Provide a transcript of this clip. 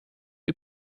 you